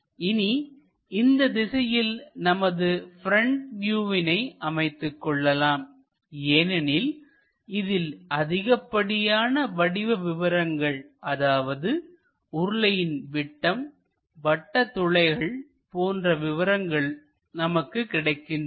இனி இந்தத் திசையில் நமது ப்ரெண்ட் வியூவினை அமைத்துக்கொள்ளலாம் ஏனெனில் இதில் அதிகப்படியான வடிவ விபரங்கள் அதாவது உருளையின் விட்டம்வட்ட துளைகள் போன்ற விவரங்கள் நமக்கு கிடைக்கின்றன